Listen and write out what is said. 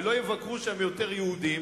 ולא יבקרו שם יותר יהודים,